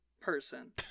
person